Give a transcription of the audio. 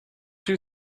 you